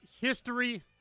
history